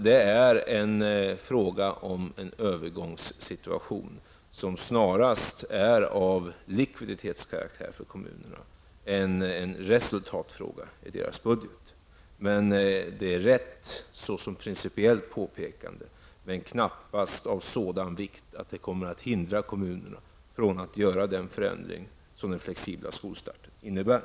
Det är en övergångssituation som snarare är av likviditetskaraktär för kommunerna än en resultatfråga i deras budget. Så är fallet rent principiellt, men detta är knappast av sådan vikt att det kommer att hindra kommunerna från att göra den förändring som den flexibla skolstarten innebär.